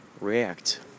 react